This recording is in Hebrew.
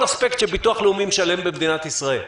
אספקט שביטוח לאומי משלם במדינת ישראל.